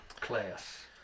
class